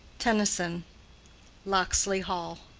tennyson locksley hall.